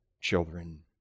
children